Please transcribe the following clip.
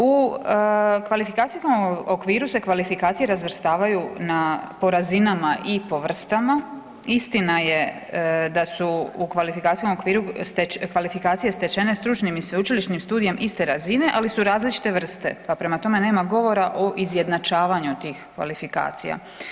U Kvalifikacijskom okviru se kvalifikacije razvrstavaju po razinama i po vrstama, istina je da su u Kvalifikacijskom okviru kvalifikacije stečene stručnim i sveučilišnim studijem iste razine, ali su različite vrste, pa prema tome nema govora o izjednačavanju tih kvalifikacija.